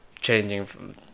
changing